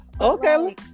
Okay